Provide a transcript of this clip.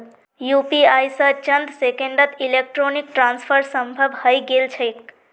UPI स चंद सेकंड्सत इलेक्ट्रॉनिक ट्रांसफर संभव हई गेल छेक